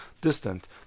distant